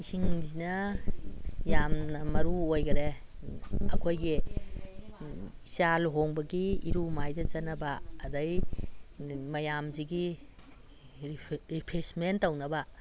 ꯏꯁꯤꯡꯁꯤꯅ ꯌꯥꯝꯅ ꯃꯔꯨ ꯑꯣꯏꯒꯔꯦ ꯑꯩꯈꯣꯏꯒꯤ ꯏꯆꯥ ꯂꯨꯍꯣꯡꯕꯒꯤ ꯏꯔꯨ ꯃꯥꯏꯗꯖꯅꯕ ꯑꯗꯒꯤ ꯃꯌꯥꯝꯁꯤꯒꯤ ꯔꯤꯐ꯭ꯔꯦꯁꯃꯦꯟ ꯇꯧꯅꯕ